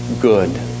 good